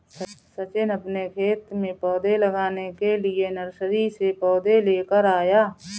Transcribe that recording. सचिन अपने खेत में पौधे लगाने के लिए नर्सरी से पौधे लेकर आया